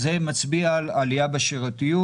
אז זה מצביע על עלייה בשירותיות.